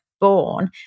born